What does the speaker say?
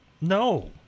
No